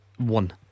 One